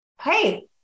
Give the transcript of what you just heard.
hey